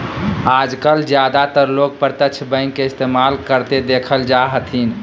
आजकल ज्यादातर लोग प्रत्यक्ष बैंक के इस्तेमाल करते देखल जा हथिन